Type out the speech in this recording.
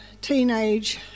teenage